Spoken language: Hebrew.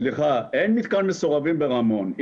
אין מתקן מסורבים ברמון.